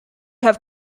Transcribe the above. have